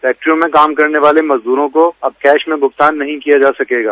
फैक्ट्रियों में काम करने वाले मजदूरों को अब कैश में भुगतान नहीं किया जा सकेगा